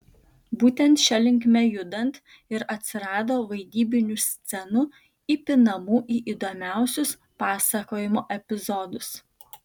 būtent šia linkme judant ir atsirado vaidybinių scenų įpinamų į įdomiausius pasakojimo epizodus